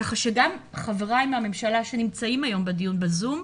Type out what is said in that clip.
כך שגם חבריי מהממשלה שנמצאים היום בדיון בזום,